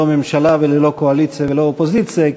ממשלה וללא קואליציה וללא אופוזיציה,